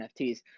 NFTs